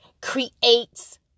creates